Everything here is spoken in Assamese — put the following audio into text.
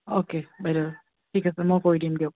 অ'কে বাইদেউ ঠিক আছে মই কৰি দিম দিয়ক